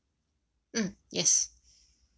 mm yes